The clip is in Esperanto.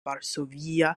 varsovia